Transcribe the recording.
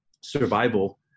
survival